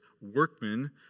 workmen